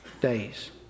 days